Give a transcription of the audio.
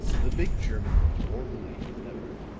the big german looked more relieved than ever.